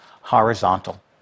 horizontal